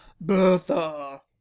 Bertha